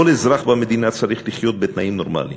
כל אזרח במדינה צריך לחיות בתנאים נורמליים.